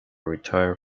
retire